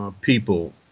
people